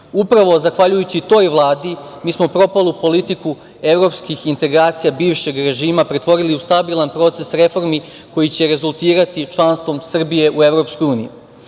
Vučić. Zahvaljujući toj vladi mi smo propalu politiku evropskih integracija bivšeg režima pretvorili u stabilan proces reformi koji će rezultirati članstvom Srbije u